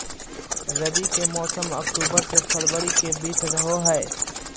रबी के मौसम अक्टूबर से फरवरी के बीच रहो हइ